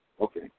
Okay